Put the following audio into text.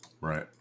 Right